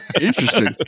interesting